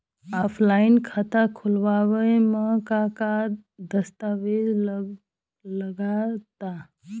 Offline खाता खुलावे म का का दस्तावेज लगा ता?